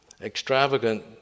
Extravagant